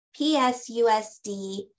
psusd